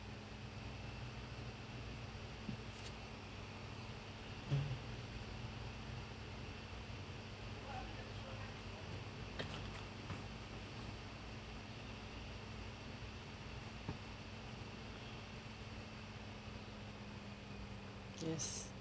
mm yes